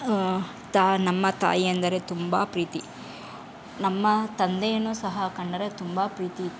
ತಾ ನಮ್ಮ ತಾಯಿ ಎಂದರೆ ತುಂಬ ಪ್ರೀತಿ ನಮ್ಮ ತಂದೆಯನ್ನು ಸಹ ಕಂಡರೆ ತುಂಬ ಪ್ರೀತಿಯಿತ್ತು